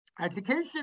Education